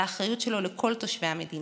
על האחריות שלו לכל תושבי מדינה,